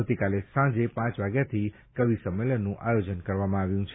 આવતીકાલે સાંજે પાંચ વાગ્યાથી કવિ સંમેલનનું આયોજન કરવામાં આવ્યું છે